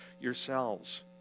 yourselves